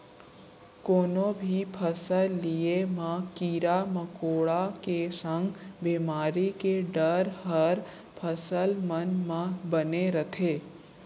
कोनो भी फसल लिये म कीरा मकोड़ा के संग बेमारी के डर हर फसल मन म बने रथे